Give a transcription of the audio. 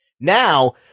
Now